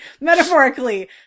metaphorically